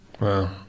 Wow